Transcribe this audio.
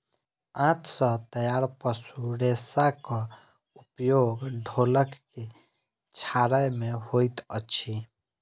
आंत सॅ तैयार पशु रेशाक उपयोग ढोलक के छाड़य मे होइत अछि